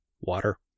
Water